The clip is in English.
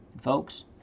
Folks